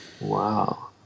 Wow